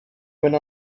went